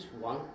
one